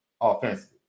offensively